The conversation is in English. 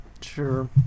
sure